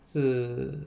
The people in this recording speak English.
是